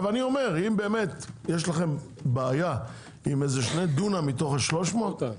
אם באמת יש לכם בעיה עם שני דונם מתוך ה-300,